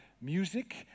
music